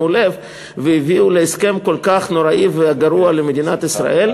לב והביאו להסכם כל כך נוראי וגרוע למדינת ישראל?